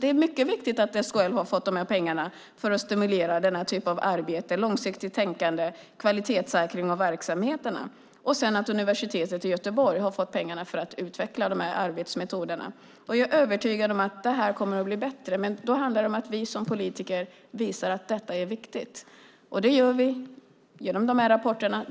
Det är mycket viktigt att SKL har fått pengarna för att stimulera den här typen av arbete, långsiktigt tänkande, kvalitetssäkring och verksamheter. Universitetet i Göteborg har också fått pengar för att utveckla arbetsmetoderna. Jag är övertygad om att det här kommer att bli bättre. Men då handlar det om att vi som politiker visar att detta är viktigt. Det gör vi genom rapporterna,